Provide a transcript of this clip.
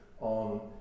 on